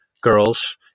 girls